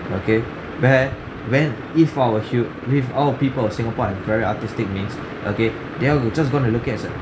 okay where when if with all people of singapore I'm very artistic means okay they're go~ just going to look it as a